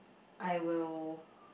I will